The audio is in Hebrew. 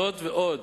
זאת ועוד.